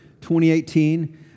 2018